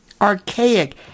archaic